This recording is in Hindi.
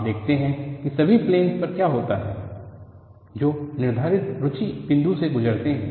आप देखते हैं कि सभी प्लेनस पर क्या होता है जो निर्धारित रुचि बिंदु से गुजरते हैं